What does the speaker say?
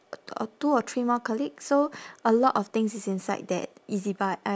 uh two or three more colleagues so a lot of things is inside that ezbuy uh